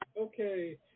okay